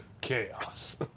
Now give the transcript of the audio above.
Chaos